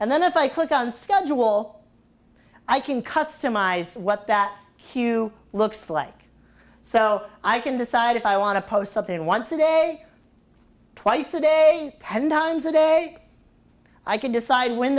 and then if i click on schedule i can customize what that queue looks like so i can decide if i want to post something once a day twice a day ten times a day i can decide when